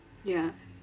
ya